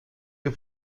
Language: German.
ihr